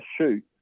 shoot